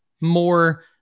more